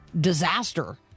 disaster